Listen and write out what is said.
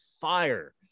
fire